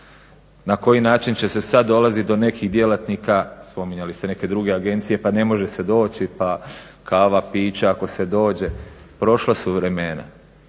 na koji način će se sad dolazi do nekih djelatnika, spominjali ste neke druge agencije pa ne može se doći, pa kava, pića ako se dođe. Prošla su vremena